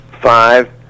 five